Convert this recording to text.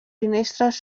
finestres